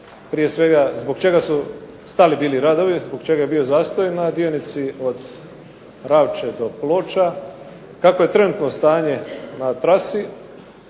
prije svega zbog čega su stali bili radovi. Zbog čega je bio zastoj na dionici od Ravče do Ploča? Kakvo je trenutno stanje na trasi?